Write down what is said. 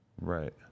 Right